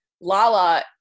Lala